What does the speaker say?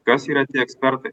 kas yra tie ekspertai